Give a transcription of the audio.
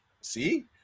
See